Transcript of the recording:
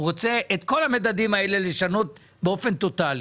הוא רוצה את כל המדדים האלה לשנות באופן טוטאלי,